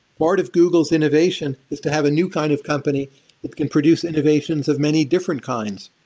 part of google's innovation is to have a new kind of company that can produce innovations of many different kinds.